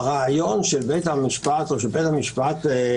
הרעיון שבית המשפט קבע,